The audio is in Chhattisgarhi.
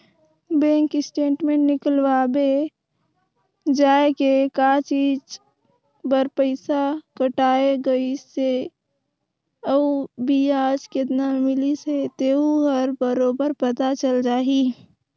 बेंक स्टेटमेंट निकलवाबे जाये के का चीच बर पइसा कटाय गइसे अउ बियाज केतना मिलिस हे तेहू हर बरोबर पता चल जाही